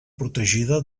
protegida